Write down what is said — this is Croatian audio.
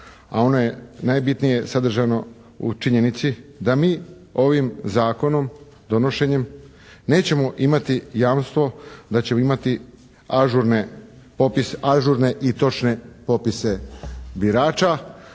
a ono je najbitnije sadržano u činjenici da mi ovim zakonom, donošenjem nećemo imati jamstvo da ćemo imati ažurne, popis ažurne i točne popise birača